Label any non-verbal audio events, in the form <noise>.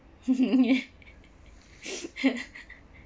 <laughs> <laughs>